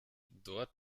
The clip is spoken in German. dort